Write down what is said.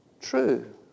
true